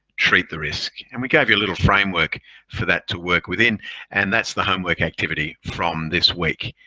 treat the risk. and we gave you a little framework for that to work within and that's the homework activity from this week.